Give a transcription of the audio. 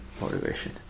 motivation